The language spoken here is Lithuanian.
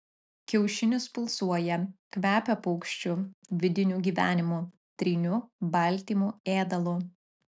kiaušinis pulsuoja kvepia paukščiu vidiniu gyvenimu tryniu baltymu ėdalu